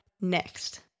next